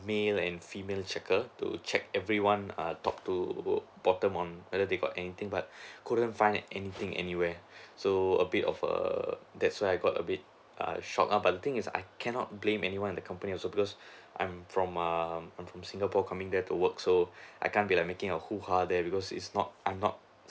male and female checker to check everyone err top to bottom on whether they got anything but couldn't find anything anywhere so a bit of err that's why I got a bit err shock uh but the thing is I cannot blame anyone at the company also because I'm from um I'm from singapore coming there to work so I can't be like making a huha there because it's not I'm not